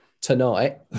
tonight